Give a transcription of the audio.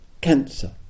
cancer